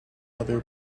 other